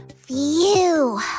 Phew